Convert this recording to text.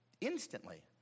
instantly